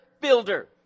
builder